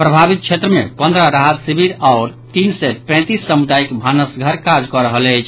प्रभावित क्षेत्र मे पन्द्रह राहत शिविर आओर तीन सय पैंतीस सामुदायिक भानस घर काज कऽ रहल अछि